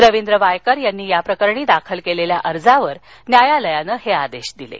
रविंद्र वायकर यांनी याप्रकरणी दाखल केलेल्या अर्जावर न्यायालयानं हे आदेश दिले आहेत